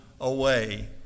away